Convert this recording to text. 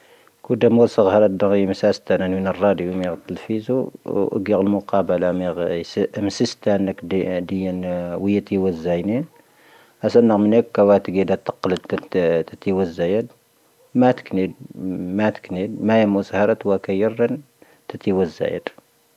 ⴽⵓⴷⴰ ⵎⵡoⵙⴰ ⴳⵀⴰⴰⵔⴰ ⴷⴳⵀⴰ ⵢⵉ ⵎⵉⵙⴰⵙ ⵜⴰⵏⴰⵏⵓⵏⴰⵏ ⵔⴰⴷⵉ ⵢⵉ ⵎⴻⵢⴰⵜⵍⴼⵉⵣⵓ. oⴳⵉⴰ ⴰⵍ ⵎⵓⵇⴰⴰⴱⴰ ⵍⴰⵎ ⵢⵉ ⵎⵙⵉⵙ ⵜⴰⵏⴰⵏ ⵏⴰ ⴽⴷⵉ ⵢⵉ ⴰⵏ ⵡⵉ ⵢⵉ ⵜⵉ ⵡⴰⵣⵣⴰⵢⵏⴻ. ⴰⵙⴰⵏ ⵏⴰ ⵎⵏⴻ ⴽⵡⴰ ⵜⴳⵉⴷⴰ ⵜⴰⵇⵉⵍⵉⵜ ⵜⵉ ⵜⵜⵉⵢⵉ ⵡⴰⵣⵣⴰⵢⴰⴷ. ⵎⴰⴰⵜⴽⵉⵏⵉⴷ, ⵎⴰⴰⵜⴽⵉⵏⵉⴷ, ⵎⴰⴰ ⵢⵉ ⵎⵡⴰⵣⴰ ⵀⴰⵔⴻⵜ ⵡⴰ ⴽⵢⴰ ⵉⵔⴰⵏ ⵜⵉ ⵜⵜⵉⵢⵉ ⵡⴰⵣⵣⴰⵢⴰⴷ.